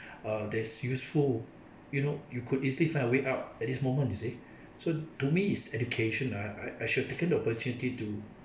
uh that's useful you know you could easily find a way out at this moment you see so to me is education ah I I should have taken the opportunity to